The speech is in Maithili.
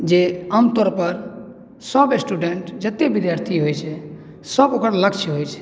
जे आमतौरपर सभ स्टूडेंट जतेक विद्यार्थी होइत छै सभके लक्ष्य होइत छै